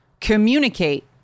communicate